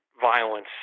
violence